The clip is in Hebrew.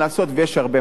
יש הרבה מה לעשות.